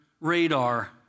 radar